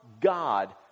God